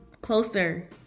closer